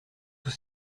sous